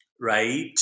right